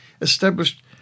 established